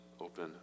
open